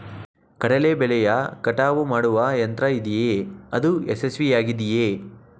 ಕಡಲೆ ಬೆಳೆಯ ಕಟಾವು ಮಾಡುವ ಯಂತ್ರ ಇದೆಯೇ? ಅದು ಯಶಸ್ವಿಯಾಗಿದೆಯೇ?